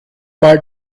mal